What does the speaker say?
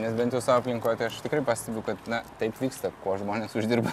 nes bent jau savo aplinkoj tai aš tikrai pastebiu kad na taip vyksta kuo žmonės uždirba